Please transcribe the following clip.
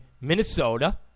Minnesota